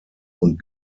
und